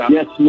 Yes